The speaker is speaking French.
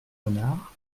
renard